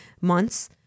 months